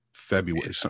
February